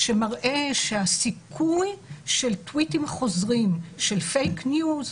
שמראה שהסיכוי של מקרים חוזרים של "פייק ניוז"